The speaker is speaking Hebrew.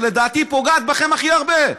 ולדעתי היא פוגעת בכם הכי הרבה.